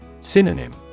Synonym